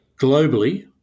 globally